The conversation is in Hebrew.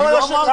אני לא אמרתי.